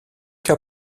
qu’à